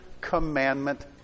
commandment